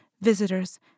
visitors